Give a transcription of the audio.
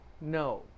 no